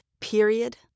period